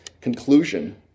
conclusion